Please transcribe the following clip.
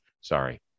Sorry